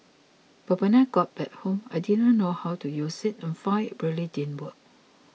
but when I got back home I didn't know how to use it and found it really didn't work